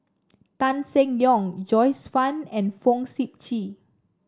Tan Seng Yong Joyce Fan and Fong Sip Chee